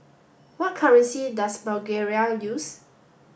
what currency does Bulgaria use